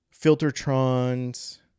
Filtertrons